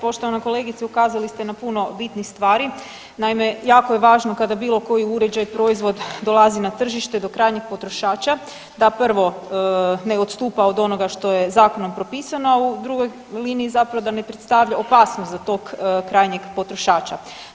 Poštovana kolegice, ukazali ste na puno bitnih stvari, naime, jako je važno kada bilokoji uređaj, proizvod dolazi na tržište do krajnjih potrošača, da prvo, ne odstupa od onoga što je zakonom propisanom a u drugoj liniji zapravo da ne predstavlja opasnost za tog krajnjeg potrošača.